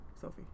Sophie